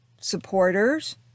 supporters